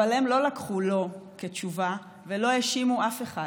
אבל הם לא לקחו "לא" כתשובה ולא האשימו אף אחד.